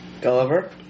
Gulliver